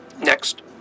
Next